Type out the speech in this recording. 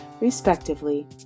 respectively